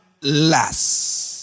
last